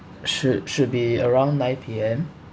should should be around nine P_M